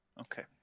Okay